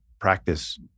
Practice